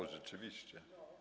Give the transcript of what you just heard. O, rzeczywiście.